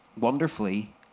wonderfully